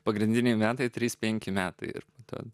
pagrindiniai metai trys penki metai ir tad